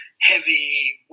heavy